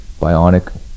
Bionic